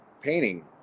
painting